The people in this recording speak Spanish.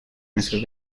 meses